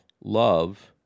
love